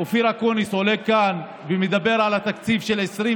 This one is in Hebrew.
אופיר אקוניס עולה כאן ומדבר על התקציב של 2021